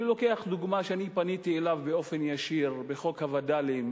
אני לוקח דוגמה מזה שפניתי אליו באופן ישיר בעניין חוק הווד"לים,